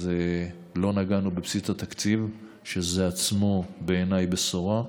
אז לא נגענו בבסיס התקציב, שזה עצמו בעיניי בשורה,